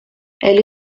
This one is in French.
elle